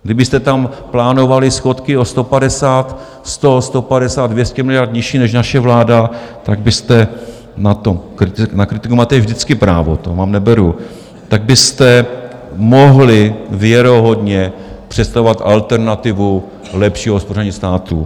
Kdybyste tam plánovali schodky o 150, 100, 150, 200 miliard nižší než naše vláda, tak byste na to na kritiku máte vždycky právo, to mám neberu tak byste mohli věrohodně představovat alternativu lepšího hospodaření státu.